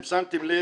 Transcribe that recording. אם שמתם לב,